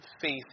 faith